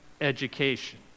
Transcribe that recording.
education